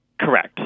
Correct